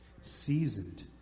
Seasoned